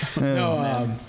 No